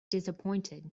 disappointed